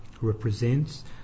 represents